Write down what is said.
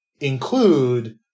include